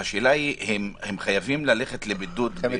השאלה היא אם הם חייבים ללכת למלונית.